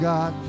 God